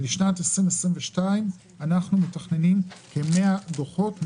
בשנת 2022 אנחנו מתכננים לפרסם כ-100 דוחות,